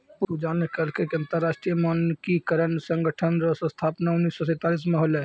पूजा न कहलकै कि अन्तर्राष्ट्रीय मानकीकरण संगठन रो स्थापना उन्नीस सौ सैंतालीस म होलै